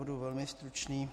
Budu velmi stručný.